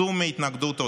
צאו מההתנגדות האוטומטית.